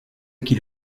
qu’il